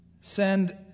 Send